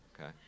Okay